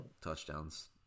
touchdowns